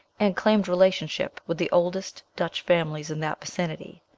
and claimed relationship with the oldest dutch families in that vicinity.